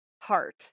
Heart